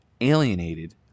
alienated